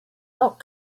not